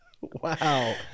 Wow